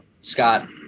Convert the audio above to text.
Scott